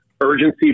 urgency